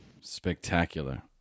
Spectacular